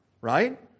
right